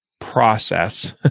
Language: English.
process